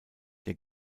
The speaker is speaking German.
der